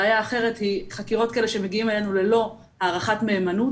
בעיה אחרת היא חקירות כאלה שמגיעות אלינו ללא הערכת מהימנות,